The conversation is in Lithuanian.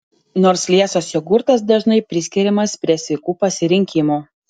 nors liesas jogurtas dažnai priskiriamas prie sveikų pasirinkimų